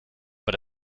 but